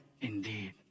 indeed